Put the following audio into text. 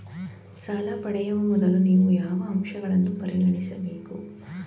ಸಾಲ ಪಡೆಯುವ ಮೊದಲು ನೀವು ಯಾವ ಅಂಶಗಳನ್ನು ಪರಿಗಣಿಸಬೇಕು?